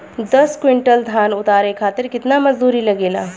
दस क्विंटल धान उतारे खातिर कितना मजदूरी लगे ला?